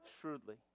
shrewdly